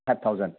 five thousand